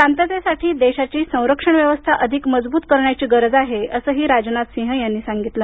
शांततेसाठी देशाची संरक्षणव्यवस्था अधिक मजबूत करण्याची गरज आहे असंही राजनाथसिंह यांनी सांगितलं